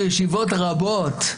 ישבנו בישיבות רבות,